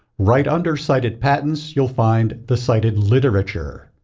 right under cited patents, you'll find the cited literature.